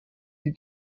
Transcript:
die